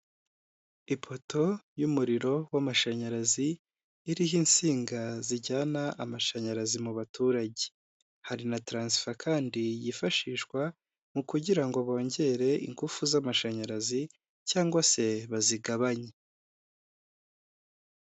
Ipoto y'umuriro w'amashanyarazi iriho insinga zijyana amashanyarazi mu baturage, hari na taransifa kandi yifashishwa mu kugira ngo bongere ingufu z'amashanyarazi cyangwa se bazigabanye.